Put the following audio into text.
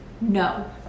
No